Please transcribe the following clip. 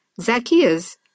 Zacchaeus